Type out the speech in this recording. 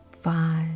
Five